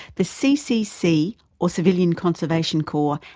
the ccc or civilian conservation corps,